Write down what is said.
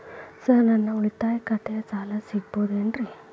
Sir ನನ್ನ ಉಳಿತಾಯ ಖಾತೆಯ ಸಾಲ ಸಿಗಬಹುದೇನ್ರಿ?